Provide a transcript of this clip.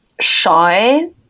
shy